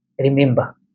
remember